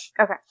Okay